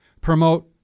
promote